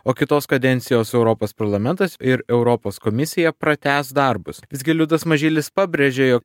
o kitos kadencijos europos parlamentas ir europos komisija pratęs darbus visgi liudas mažylis pabrėžė jog